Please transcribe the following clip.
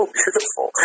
beautiful